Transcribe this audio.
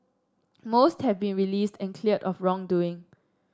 most have been released and cleared of wrongdoing